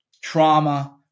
trauma